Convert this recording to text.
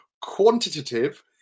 Quantitative